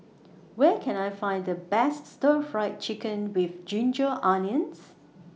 Where Can I Find The Best Stir Fry Chicken with Ginger Onions